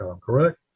correct